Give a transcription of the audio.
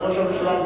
ראש הממשלה,